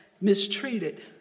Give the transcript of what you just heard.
mistreated